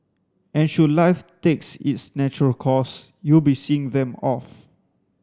and should life takes its natural course you'll be seeing them off